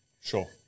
Sure